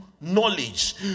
knowledge